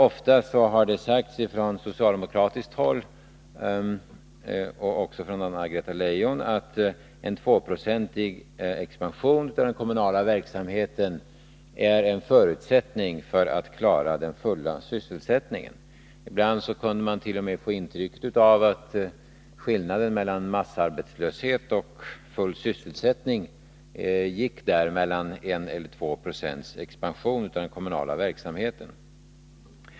Det har ofta från socialdemokratiskt håll och av Anna-Greta Leijon sagts att en 2-procentig expansion för den kommunala verksamheten är en förutsättning för att klara den fulla sysselsättningen. Ibland kunde man t.o.m. få intryck av att skillnaden mellan massarbetslöshet och full Sysselsättning gick mellan 1 och 227 expansion av den kommunala verksamheten.